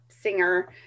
singer